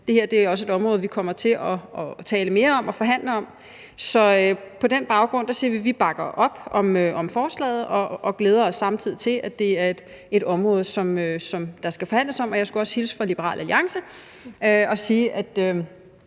det her er et område, vi kommer til at tale mere om og forhandle om, så på den baggrund siger vi, at vi bakker op om forslaget, og glæder os samtidig til at forhandle om området. Og jeg skulle også hilse fra Liberal Alliance og sige, at